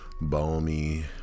balmy